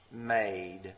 made